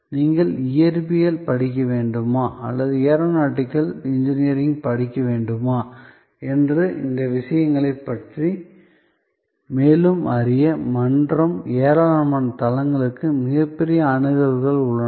நீங்கள் இயற்பியல் படிக்க வேண்டுமா அல்லது ஏரோநாட்டிக்கல் இன்ஜினியரிங் படிக்க வேண்டுமா என்று இந்த விஷயங்களைப் பற்றி மேலும் அறிய மன்றம் ஏராளமான தளங்களுக்கு மிகப்பெரிய அணுகல் உள்ளன